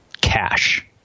cash